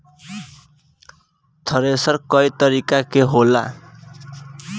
thresher कई तरीका के होला